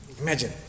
Imagine